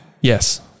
Yes